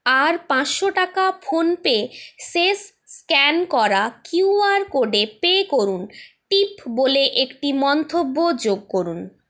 আর পাঁচশো টাকা ফোনপে এ শেষ স্ক্যান করা কিউআর কোডে পে করুন টিপ বলে একটি মন্তব্য যোগ করুন